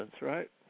right